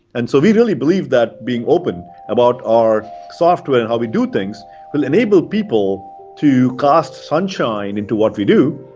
and so we really believe that being open about our software and how we do things will enable people to cast sunshine into what we do,